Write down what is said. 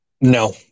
No